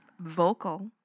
Vocal